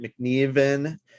McNeven